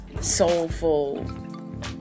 soulful